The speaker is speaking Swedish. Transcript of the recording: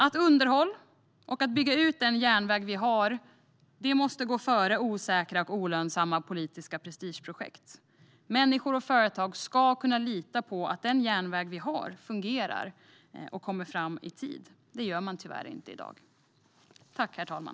Att underhålla och bygga ut den järnväg vi har måste gå före osäkra och olönsamma politiska prestigeprojekt. Människor och företag ska kunna lita på att den järnväg vi har fungerar och att man kommer fram i tid. Det gör man tyvärr inte i dag.